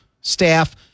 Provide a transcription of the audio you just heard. staff